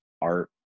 art